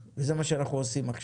זה מה שאנחנו עושים עכשיו.